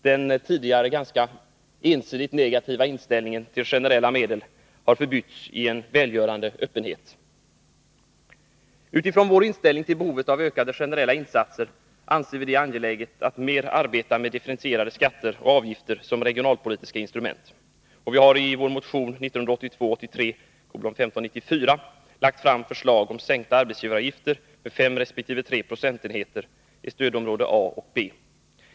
Den tidigare ganska ensidigt negativa inställningen till generella medel har förbytts i en välgörande öppenhet. Utifrån vår inställning till behovet av ökade generella insatser anser vi det angeläget att mer arbeta med differentierade skatter och avgifter som regionalpolitiska instrument. Vi har i vår motion 1982/83:1594 lagt fram förslag om en sänkning av arbetsgivaravgifterna med 5 resp. 3 procentenheter i stödområde A och B.